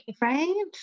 Right